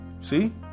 See